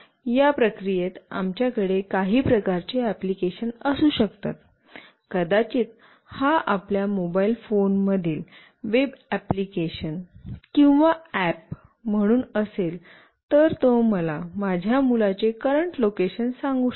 या प्रक्रियेत आमच्याकडे काही प्रकारचे एप्लिकेशन असू शकतात कदाचित हा आपल्या मोबाइल फोनमधील वेब एप्लिकेशन किंवा अॅप म्हणून असेल तर तो मला माझ्या मुलाचे करंट लोकेशन सांगू शकेल